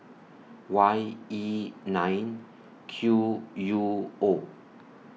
Y E nine Q U O